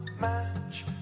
match